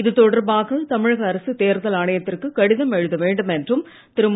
இதுதொடர்பாக தமிழக அரசு தேர்தல் ஆணையத்திற்கு கடிதம் எழுதவேண்டும் என்றும் திரு மு